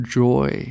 joy